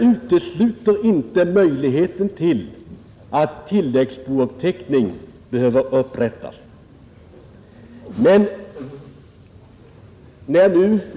En bouppteckning utesluter alltså inte att en tilläggsbouppteckning kan behöva upprättas senare.